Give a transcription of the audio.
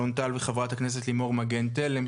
פרופ' אלון טל וחברת הכנסת לימור מגן תלם,